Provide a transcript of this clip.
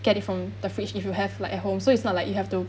get it from the fridge if you have like at home so it's not like you have to